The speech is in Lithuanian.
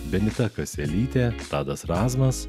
benita kaselytė tadas razmas